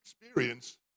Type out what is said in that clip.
experience